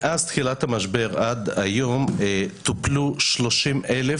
מאז תחילת המשבר ועד היום טופלו 30,212